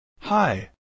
Hi